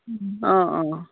অঁ অঁ